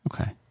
Okay